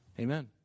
Amen